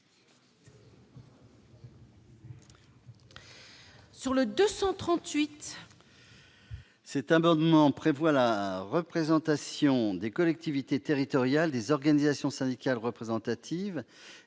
du Gouvernement. L'amendement n° 238 vise la représentation des collectivités territoriales, des organisations syndicales représentatives